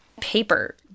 paper